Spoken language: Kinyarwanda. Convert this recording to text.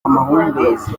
amahumbezi